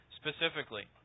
specifically